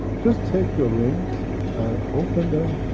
just take your rings and open them